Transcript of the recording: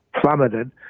plummeted